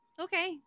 okay